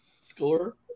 score